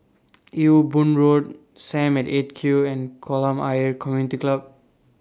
Ewe Boon Road SAM At eight Q and Kolam Ayer Community Club